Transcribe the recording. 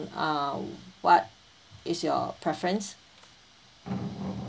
uh what is your preference